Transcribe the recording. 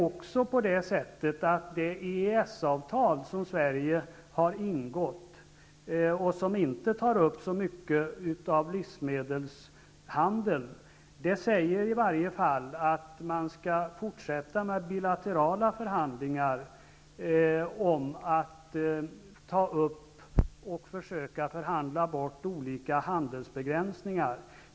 I det EES-avtal som Sverige har ingått, och som inte så mycket tar upp livsmedelshandeln, sägs att man skall fortsätta bilaterala förhandlingar och försöka förhandla bort olika handelsbegränsningar.